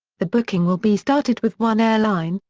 the booking will be started with one airline,